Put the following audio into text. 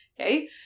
Okay